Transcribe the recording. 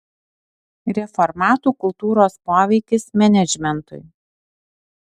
reformatų kultūros poveikis menedžmentui